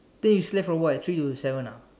then you slept from what three to seven ah